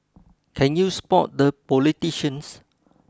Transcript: can you spot the politicians